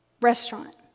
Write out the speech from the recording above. restaurant